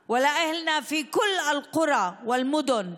הערבית, להלן תרגומם: